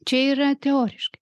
čia yra teoriškai